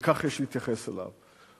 וכך יש להתייחס אליו.